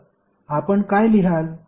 तर आपण काय लिहाल